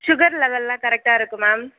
sugar லெவல்லாம் கரெக்டாக இருக்குது மேம்